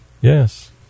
Yes